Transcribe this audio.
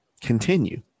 continue